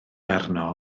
arno